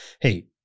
Hey